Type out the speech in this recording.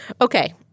Okay